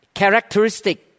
characteristic